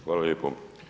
Hvala lijepo.